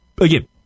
again